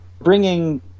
bringing